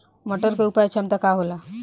मटर के उपज क्षमता का होला?